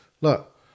look